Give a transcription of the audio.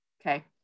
okay